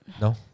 No